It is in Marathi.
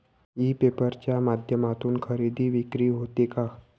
ई पेपर च्या माध्यमातून खरेदी विक्री होते का?